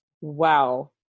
Wow